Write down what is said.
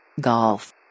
Golf